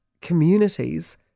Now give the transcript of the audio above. communities